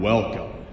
Welcome